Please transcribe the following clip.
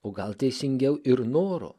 o gal teisingiau ir noro